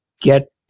get